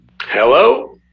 Hello